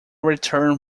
return